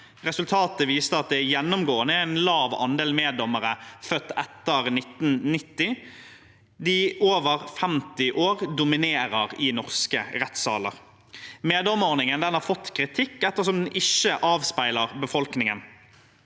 Resultatet viste at det gjennomgående var en lav andel meddommere født etter 1990. De over 50 år dominerer i norske rettssaler. Meddommerordningen har fått kri tikk ettersom den ikke avspeiler befolkningen.